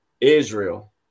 Israel